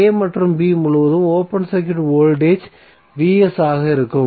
a மற்றும் b முழுவதும் open circuit voltage ஆக இருக்கும்